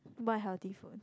what healthy food